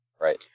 right